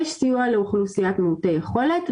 יש סיוע לאוכלוסיית מיעוטי יכולת.